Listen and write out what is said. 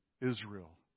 Israel